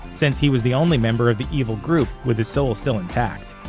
since he was the only member of the evil group with his soul still intact.